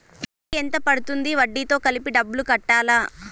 వడ్డీ ఎంత పడ్తుంది? వడ్డీ తో కలిపి డబ్బులు కట్టాలా?